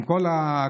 עם כל הכבוד,